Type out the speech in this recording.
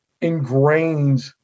ingrained